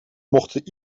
mochten